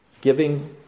giving